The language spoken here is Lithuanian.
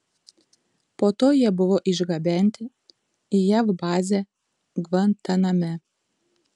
po to jie buvo išgabenti į jav bazę gvantaname